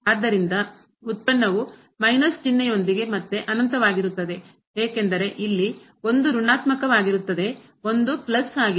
ಆದ್ದರಿಂದ ಉತ್ಪನ್ನವು ಮೈನಸ್ ಚಿಹ್ನೆಯೊಂದಿಗೆ ಮತ್ತೆ ಅನಂತವಾಗಿರುತ್ತದೆ ಏಕೆಂದರೆ ಇಲ್ಲಿ ಒಂದು ಋಣಾತ್ಮಕ ವಾಗಿರುತ್ತದೆ ಒಂದು ಪ್ಲಸ್ ಆಗಿದೆ